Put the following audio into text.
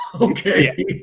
Okay